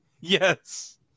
Yes